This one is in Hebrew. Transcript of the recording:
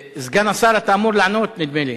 סגן השר, אתה אמור לענות, נדמה לי.